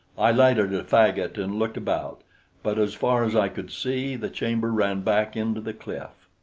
i lighted a faggot and looked about but as far as i could see, the chamber ran back into the cliff.